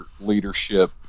leadership